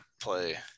play